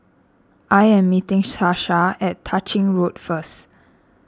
I am meeting Sasha at Tah Ching Road first